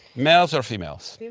males or females? yeah